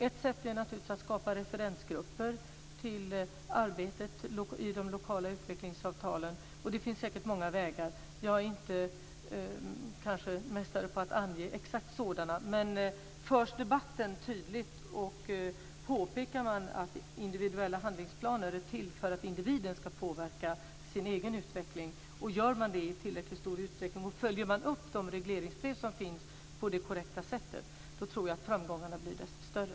Ett sätt är naturligtvis att skapa referensgrupper till arbetet i de lokala utvecklingsavtalen. Det finns säkert många vägar. Jag är kanske inte mästare på att ange sådana. Men om debatten förs tydligt, om man påpekar att individuella handlingsplaner är till för att individen ska påverka sin egen utvecklingen, om man gör det i tillräckligt stor utsträckning och om man följer upp de regleringsbrev som finns på det korrekta sättet, tror jag att framgångarna blir ännu större.